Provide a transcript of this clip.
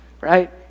Right